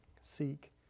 seek